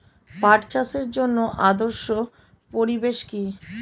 পাট চাষের জন্য আদর্শ পরিবেশ কি?